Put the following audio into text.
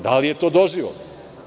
Da li je to doživotno?